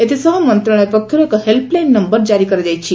ଏଥିସହ ମନ୍ତଶାଳୟ ପକ୍ଷରୁ ଏକ ହେଲ୍ପଲାଇନ୍ ନୟର କାରି କରାଯାଇଛି